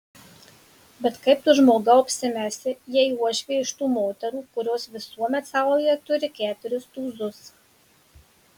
bet kaip tu žmogau apsimesi jei uošvė iš tų moterų kurios visuomet saujoje turi keturis tūzus